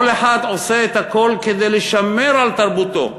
כל אחד עושה את הכול כדי לשמר את תרבותו,